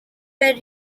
were